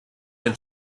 been